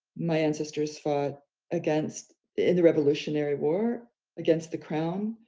my ancestors fought against in the revolutionary war against the crown,